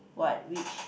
what which